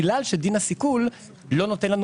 סיכול.